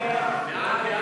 להצבעה.